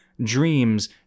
dreams